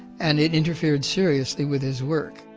and it interfered seriously with his work.